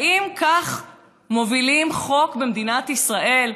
האם כך מובילים חוק במדינת ישראל?